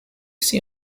see